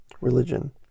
religion